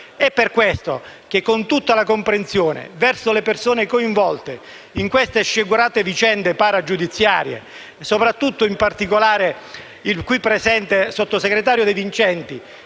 È per questo che esprimo tutta la mia comprensione verso le persone coinvolte in queste sciagurate vicende paragiudiziarie, soprattutto in particolare verso il qui presente sottosegretario De Vincenti.